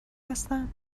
هستم